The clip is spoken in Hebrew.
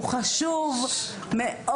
הוא קורס חשוב מאוד-מאוד,